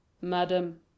Madam